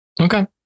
Okay